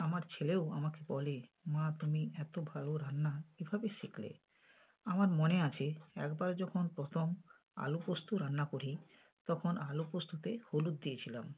আমার ছেলেও আমাকে বলে মা তুমি এত ভালো রান্না কীভাবে শিখলে আমার মনে আছে একবার যখন প্রথম আলুপোস্ত রান্না করি তখন আলুপোস্ততে হলুদ দিয়েছিলাম